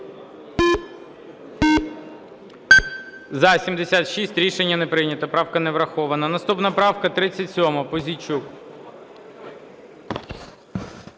За-76 Рішення не прийнято. Правка не врахована. Наступна правка 37, Пузійчук.